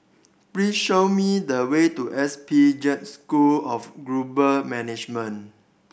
please show me the way to S P Jain School of Global Management